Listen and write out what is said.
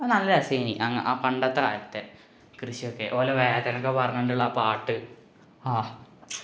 അത് നല്ല രസമായിരുന്നു അങ്ങ് ആ പണ്ടത്തെ കാലത്തെ കൃഷിയൊക്കെ ഓലെ വേദനയൊക്കെ പറഞ്ഞോണ്ടുള്ള ആ പാട്ട് ആ